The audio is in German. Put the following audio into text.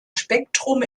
spektrum